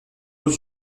aux